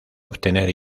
obtener